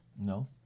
No